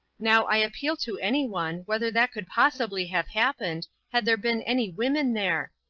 now, i appeal to any one, whether that could possibly have happened, had there been any women there?